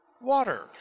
water